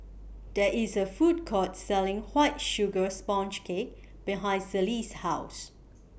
There IS A Food Court Selling White Sugar Sponge Cake behind Celie's House